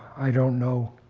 i don't know